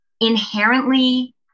inherently